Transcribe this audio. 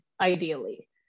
ideally